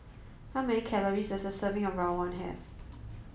how many calories does a serving of Rawon have